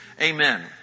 Amen